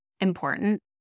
important